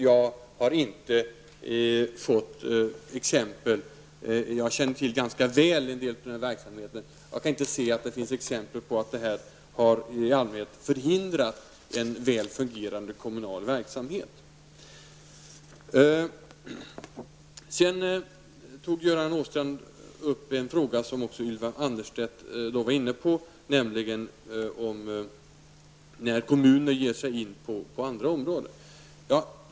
Jag känner till en del av denna verksamhet ganska väl, och jag kan inte säga att det finns exempel på att den i allmänhet har förhindrat en väl fungerande kommunal verksamhet. Göran Åstrand tog upp en fråga som också Ylva Annerstedt var inne på. Det berör vad som uppkommer när kommuner ger sig in på andra områden.